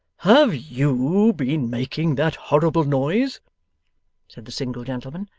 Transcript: have you been making that horrible noise said the single gentleman.